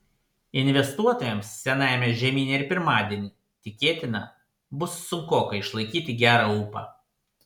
investuotojams senajame žemyne ir pirmadienį tikėtina bus sunkoka išlaikyti gerą ūpą